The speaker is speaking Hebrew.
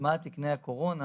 הטמעת תקני הקורונה,